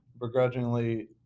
begrudgingly